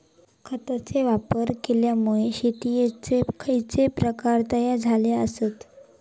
खतांचे वापर केल्यामुळे शेतीयेचे खैचे प्रकार तयार झाले आसत?